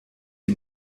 die